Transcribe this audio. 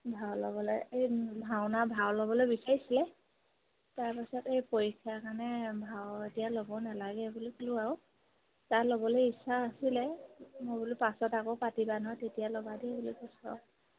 ভাও ল'বলৈ এই ভাওনা ভাও ল'বলৈ বিচাৰিছিলে তাৰপাছত এই পৰীক্ষাৰ কাৰণে ভাও এতিয়া ল'ব নালাগে বুলি ক'লোঁ আৰু তাৰ ল'বলৈ ইচ্ছা আছিলে মই বোলো পাছত আকৌ পাতিবা নহয় তেতিয়া লবা দেই বুলি কৈছোঁ আৰু